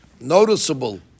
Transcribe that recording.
noticeable